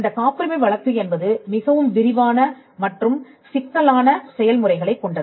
இந்த காப்புரிமை வழக்கு என்பது மிகவும் விரிவான மற்றும் சிக்கலான செயல்முறைகளைக் கொண்டது